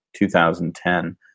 2010